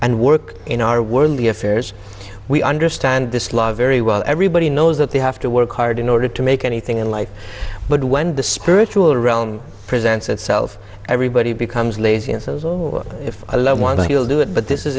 and work in our worldly affairs we understand this law very well everybody knows that they have to work hard in order to make anything in life but when the spiritual realm presents itself everybody becomes lazy and if a loved one or he'll do it but this is